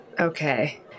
Okay